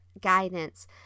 guidance